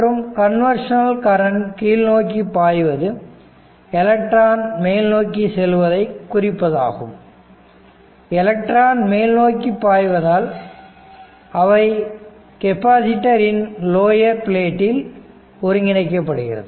மற்றும் conventional current கீழ் நோக்கி பாய்வது எலக்ட்ரான் மேல் நோக்கி செல்வதை குறிப்பதாகும் எலக்ட்ரான் மேல்நோக்கி பாய்வதால் அவை கெப்பாசிட்டர் இன் லோயர் ப்ளேட்டில் ஒருங்கிணைக்கப்படுகிறது